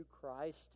Christ